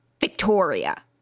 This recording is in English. Victoria